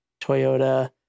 Toyota